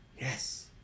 Yes